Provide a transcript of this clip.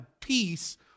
peace